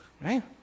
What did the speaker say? right